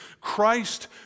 Christ